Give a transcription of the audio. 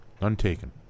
Untaken